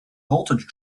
voltage